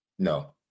No